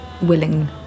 willing